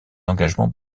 engagements